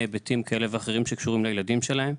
היבטים כאלה ואחרים שקשורים לילדים שלהם.